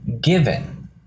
given